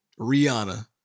Rihanna